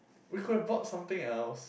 we could bought something else